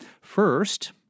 first